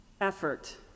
effort